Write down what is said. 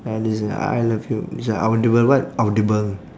uh this like I love you it's like audible what audible